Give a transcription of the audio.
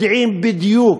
יודעים בדיוק